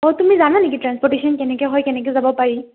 অঁ তুমি জানা নেকি ট্ৰেঞ্চপৰ্টেশ্য়ন কেনেকৈ হয় কেনেকৈ যাব পাৰি